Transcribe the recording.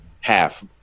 half